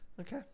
Okay